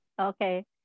Okay